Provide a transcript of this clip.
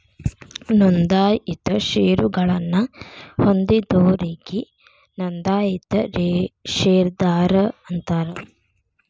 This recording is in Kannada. ನೋಂದಾಯಿತ ಷೇರಗಳನ್ನ ಹೊಂದಿದೋರಿಗಿ ನೋಂದಾಯಿತ ಷೇರದಾರ ಅಂತಾರ